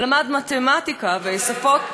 למד מתמטיקה ושפות,